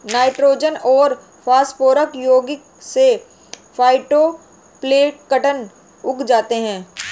nitrogen और phosphorus यौगिक से फाइटोप्लैंक्टन उग जाते है